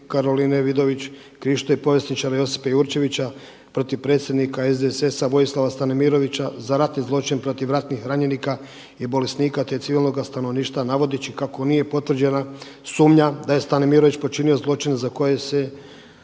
Karoline Vidović Krišto i povjesničara Josipa Jurčevića protiv predsjednika SDSS-a Vojislva Stanimirovića za ratni zločin protiv ratnih ranjenika i bolesnika, te civilnog stanovništva navodeći kako nije potvrđena sumnja da je Stanimirović počinio zločin za koji se